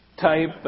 type